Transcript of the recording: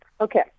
Okay